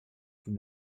vous